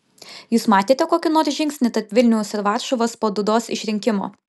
jūs matėte kokį nors žingsnį tarp vilniaus ir varšuvos po dudos išrinkimo